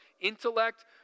intellect